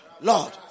Lord